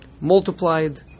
multiplied